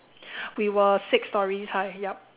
we were six storeys high yup